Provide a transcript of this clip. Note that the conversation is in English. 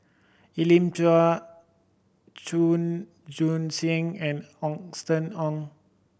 Elim Chew Chua Joon Siang and Austen Ong